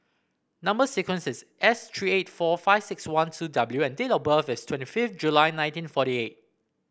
number sequence is S three eight four five six one two W and date of birth is twenty fifth July nineteen forty eight